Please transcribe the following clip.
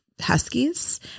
huskies